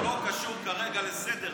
הודעה אישית זה לא קשור כרגע לסדר.